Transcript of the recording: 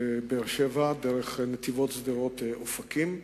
באר-שבע דרך נתיבות, שדרות, אופקים.